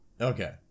Okay